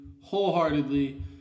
wholeheartedly